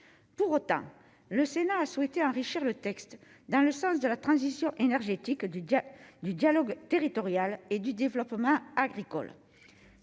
pour autant, le Sénat a souhaité enrichir le texte dans le sens de la transition énergétique du jazz, du dialogue territorial et du développement agricole,